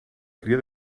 cria